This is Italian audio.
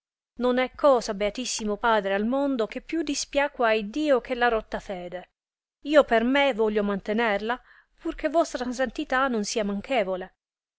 non è cosa beatissimo padre al mondo che più dispiacqua a iddio che la rotta fede io per me voglio mantenerla pur che vostra santità non sia manchevole